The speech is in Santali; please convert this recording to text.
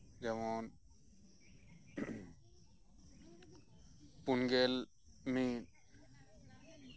ᱡᱮᱢᱚᱱ ᱯᱩᱱ ᱜᱮᱞ ᱢᱤᱫ